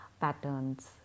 patterns